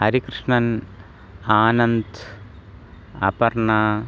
हरिकृष्णनः आनन्दः अपर्णा